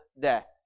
death